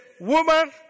Woman